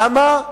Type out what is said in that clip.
למה?